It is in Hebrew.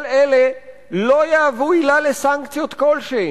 כל אלה לא יהוו עילה לסנקציות כלשהן,